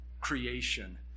creation